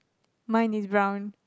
mine is brown